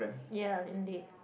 ya indeed